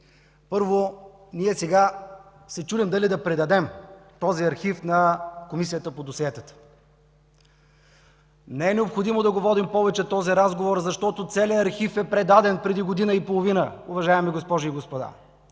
причини”. Сега се чудим дали да предадем този архив на Комисията по досиетата. Не е необходимо да водим повече този разговор, защото архивът е предаден преди година и половина, уважаеми госпожи и господа.